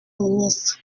ministre